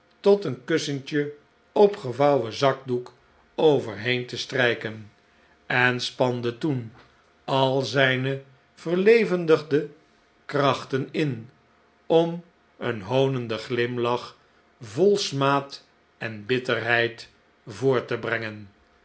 tot een kussentje opgevouwen zakdoek overheen te strijken en spande toen al zijne verlevendigde krachten in om een hoonenden glimlach vol smaad en bitterheid voort te brengen